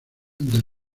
del